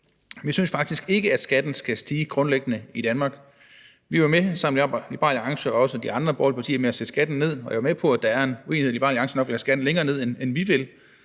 Vi synes faktisk ikke, at skatten grundlæggende skal stige i Danmark. Vi var sammen med Liberal Alliance og også de andre borgerlige partier med til at sætte skatten ned. Jeg er med på, at der er en uenighed, og at Liberal Alliance nok vil have skatten længere ned, end vi vil,